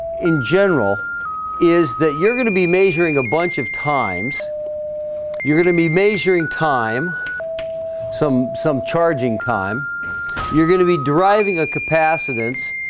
in general is that you're going to be measuring a bunch of times you're going to be measuring time some some charging time you're going to be driving a capacitance